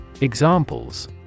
Examples